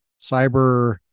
cyber